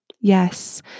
Yes